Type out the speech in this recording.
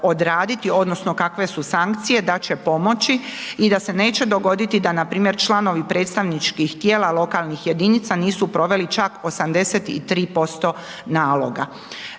odraditi, onda, kakve su sankcije, da će pomoći i da se neće dogoditi da npr. članovi predstavničkih tijela lokalnih jedinica, nisu proveli čak 83% naloga.